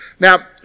Now